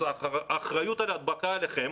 אז האחריות על ההדבקה עליכם,